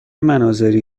مناظری